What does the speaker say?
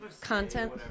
content